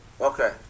Okay